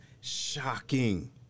shocking